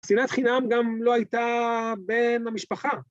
שנאת חינם גם לא הייתה בין המשפחה.